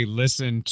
listen